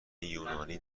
یونانی